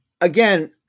again